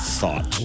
thought